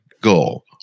goal